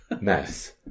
mess